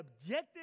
objective